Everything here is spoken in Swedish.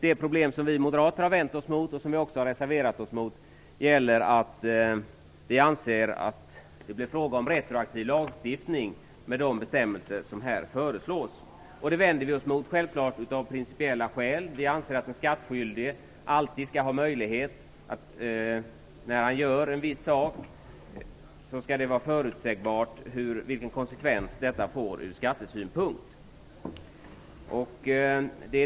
Det problem som vi moderater har vänt oss mot och som vi också har reserverat oss mot är att det med de bestämmelser som här föreslås enligt vår mening blir fråga om retroaktiv lagstiftning. Vi vänder oss självfallet av principiella skäl mot detta. Vi anser att det för den skattskyldige alltid skall vara förutsägbart vilken konsekvens hans handlande får ur skattesynpunkt.